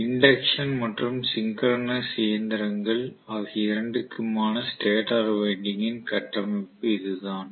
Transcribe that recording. induction மற்றும் synchronous இயந்திரங்கள் ஆகிய இரண்டிற்குமான ஸ்டேட்டர் வைண்டிங் ன் கட்டமைப்பு இதுதான்